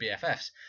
bffs